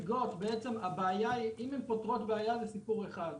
אם הן פותרות בעיה זה סיפור אחד,